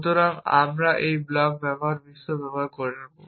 সুতরাং আমরা এই ব্লক বিশ্ব ব্যবহার করব